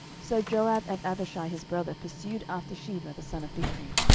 so joab and abishai his brother pursued after sheba the son of bichri.